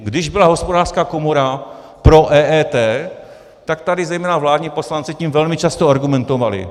Když byla Hospodářská komora pro EET, tak tady zejména vládní poslanci tím velmi často argumentovali.